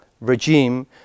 regime